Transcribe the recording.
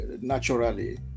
naturally